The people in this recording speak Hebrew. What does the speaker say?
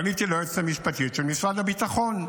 ופניתי ליועצת המשפטית של משרד הביטחון.